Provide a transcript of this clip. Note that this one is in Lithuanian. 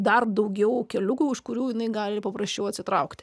dar daugiau keliukų už kurių jinai gali paprasčiau atsitraukti